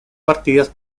partidas